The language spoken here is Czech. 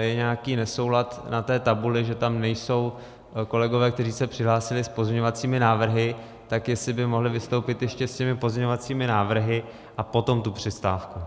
je nějaký nesoulad na té tabuli, že tam nejsou dva kolegové, kteří se přihlásili s pozměňovacími návrhy, tak jestli by mohli vystoupit ještě s těmi pozměňovacími návrhy, a potom tu přestávku.